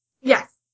Yes